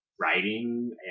writing